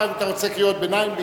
עכשיו אתה רוצה קריאות ביניים?